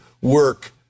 work